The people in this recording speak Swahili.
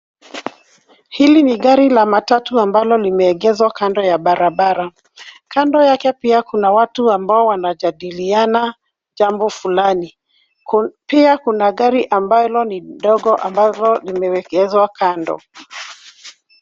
Hili ni gari la matatu ambalo limeegeshwa kando ya barabara. Kando yake pia kuna watu ambao wanajadiliana jambo fulani. Pia kuna gari ambalo ni ndogo ambalo limewekezwa kando.